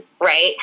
right